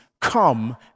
come